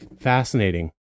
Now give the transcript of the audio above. fascinating